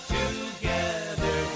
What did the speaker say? together